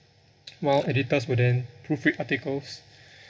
while editors will then proofread articles